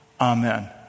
Amen